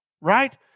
Right